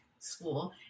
School